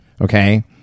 Okay